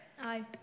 Aye